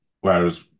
Whereas